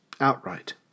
outright